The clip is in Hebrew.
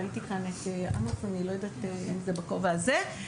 ראיתי כאן את עמוס אני לא יודעת אם זה בכובע הזה,